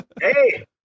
Hey